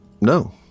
No